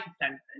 sentence